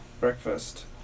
breakfast